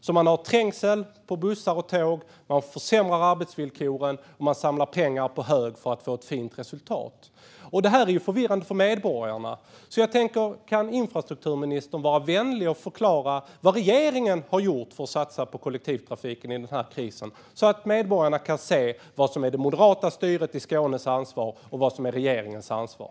Det innebär trängsel på bussar och tåg, försämrade arbetsvillkor och att pengar samlas på hög för att få ett fint resultat. Det här är förvirrande för medborgarna. Kan infrastrukturministern vara vänlig och förklara vad regeringen har gjort för att satsa på kollektivtrafiken i krisen, så att medborgarna kan se vad som är det moderata styret i Skånes ansvar och vad som är regeringens ansvar?